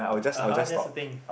(uh huh) that's the thing